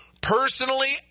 Personally